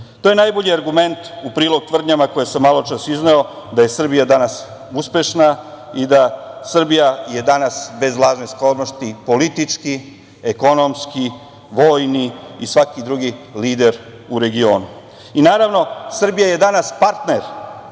To je najbolji argument u prilog tvrdnjama koje sam maločas izneo, da je Srbija danas uspešna i da je Srbija danas, bez lažne skromnosti, politički, ekonomski, vojni i svaki drugi lider u regionu. Naravno, Srbija je danas partner,